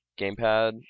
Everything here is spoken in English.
gamepad